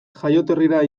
jaioterrira